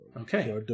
Okay